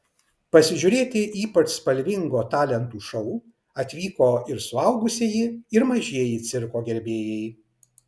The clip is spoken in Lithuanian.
pasižiūrėti ypač spalvingo talentų šou atvyko ir suaugusieji ir mažieji cirko gerbėjai